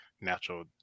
natural